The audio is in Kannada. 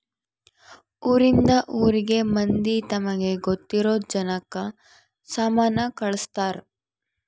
ಊರಿಂದ ಊರಿಗೆ ಮಂದಿ ತಮಗೆ ಗೊತ್ತಿರೊ ಜನಕ್ಕ ಸಾಮನ ಕಳ್ಸ್ತರ್